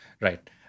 Right